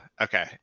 okay